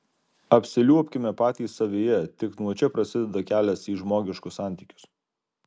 apsiliuobkime patys savyje tik nuo čia prasideda kelias į žmogiškus santykius